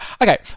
Okay